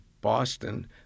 Boston